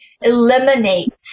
eliminate